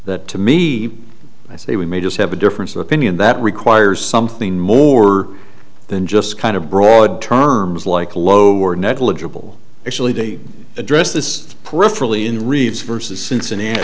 that to me i say we may just have a difference of opinion that requires something more than just kind of broad terms like lower negligible actually they address this peripherally in reeves versus cincinnati